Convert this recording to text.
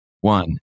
one